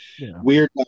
weird